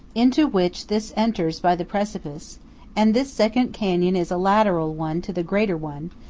into which this enters by the precipice and this second canyon is a lateral one to the greater one,